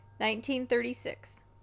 1936